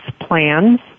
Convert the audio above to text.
plans